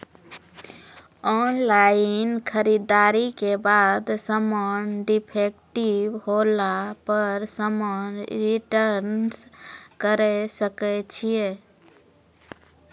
Online खरीददारी के बाद समान डिफेक्टिव होला पर समान रिटर्न्स करे सकय छियै?